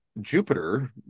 jupiter